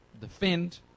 defend